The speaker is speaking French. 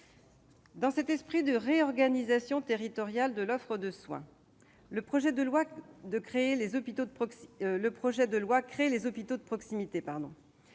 Dans cet esprit de réorganisation territoriale de l'offre de soins, le projet de loi crée les hôpitaux de proximité.